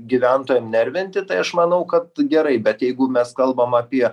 gyventojam nervinti tai aš manau kad gerai bet jeigu mes kalbam apie